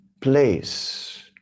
place